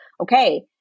okay